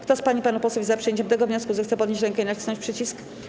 Kto z pań i panów posłów jest za przyjęciem tego wniosku, zechce podnieść rękę i nacisnąć przycisk.